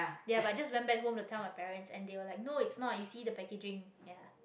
ya but i just went back home to tell my parents and they were like no it's not you see the packaging ya